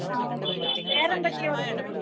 ആ ഓക്കെ വേറെ എന്തൊക്കെയാണ് ഉള്ളത്